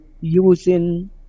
using